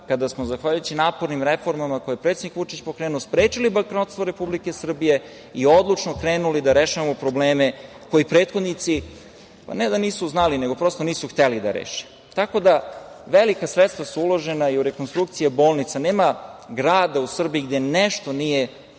kada smo zahvaljujući napornim reformama koje je predsednik Vučić pokrenuo sprečili bankrotstvo Republike Srbije i odlučno krenuli da rešavamo probleme koje prethodnici ne da nisu znali, nego prosto nisu hteli da reše. Velika sredstva su uložena i u rekonstrukcije bolnica. Nema grada u Srbiji gde nešto nije, po pitanju